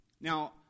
Now